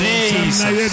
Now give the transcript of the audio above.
Jesus